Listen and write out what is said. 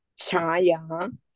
Chaya